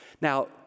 Now